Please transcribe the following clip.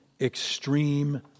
extreme